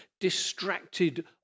distracted